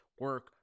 Work